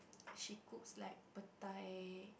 she cooks like petai